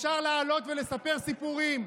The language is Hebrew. אפשר לעלות ולספר סיפורים,